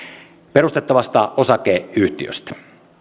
perustettavasta osakeyhtiöstä